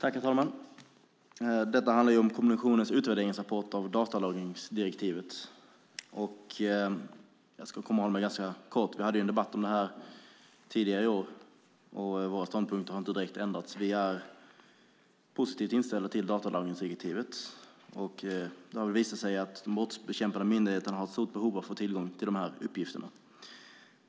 Herr talman! Debatten handlar om kommissionens utvärderingsrapport om datalagringsdirektivet, och jag ska hålla mig ganska kort. Vi hade en debatt om den här frågan tidigare i år, och vår ståndpunkt har inte direkt ändrats. Vi är positivt inställda till datalagringsdirektivet. Det har visat sig att de brottsbekämpande myndigheterna har ett stort behov av att få tillgång till dessa uppgifter.